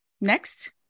next